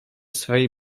swej